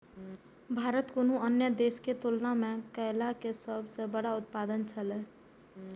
भारत कुनू अन्य देश के तुलना में केला के सब सॉ बड़ा उत्पादक छला